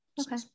Okay